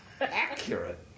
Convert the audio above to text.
Accurate